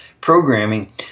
programming